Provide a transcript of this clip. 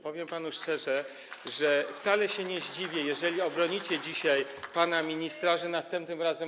Powiem panu szczerze, że wcale się nie zdziwię, jeżeli obronicie dzisiaj pana ministra, że następnym razem.